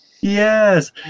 Yes